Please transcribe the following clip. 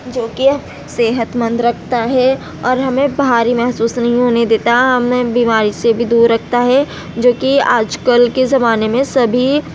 جوکہ صحتمند رکھتا ہے اور ہمیں بھاری محسوس ہونے نہیں دیتا ہمیں بیماری بھی دور رکھتا ہے جوکہ آج کل کے زمانے میں سبھی